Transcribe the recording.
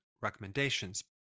recommendations